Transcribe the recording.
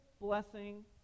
blessing